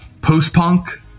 post-punk